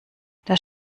das